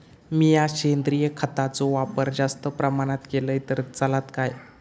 मीया सेंद्रिय खताचो वापर जास्त प्रमाणात केलय तर चलात काय?